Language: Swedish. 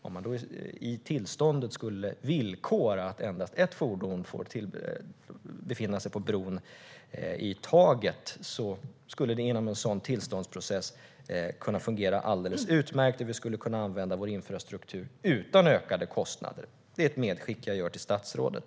Om man då i tillståndet skulle villkora att endast ett fordon i taget får befinna sig på bron skulle det kunna fungera alldeles utmärkt, och vi skulle kunna använda vår infrastruktur utan ökade kostnader. Det är mitt medskick till statsrådet.